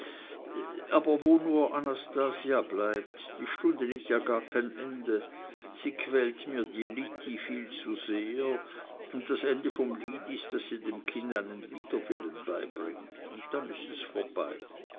aber wo nur anastasia bleibt die stunde nimmt ja gar kein ende sie quält mir die liddi viel zu sehr und das ende vom lied ist daß sie dem kind einen widerwillen beibringt und dann ist es vorbei